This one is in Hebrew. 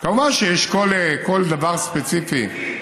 כמובן שיש, כל דבר ספציפי,